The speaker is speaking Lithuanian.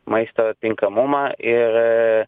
maisto tinkamumą ir